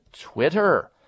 Twitter